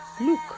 Look